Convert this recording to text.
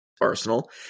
Arsenal